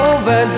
Over